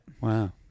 Wow